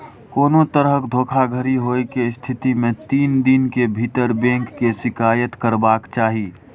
कोनो तरहक धोखाधड़ी होइ के स्थिति मे तीन दिन के भीतर बैंक के शिकायत करबाक चाही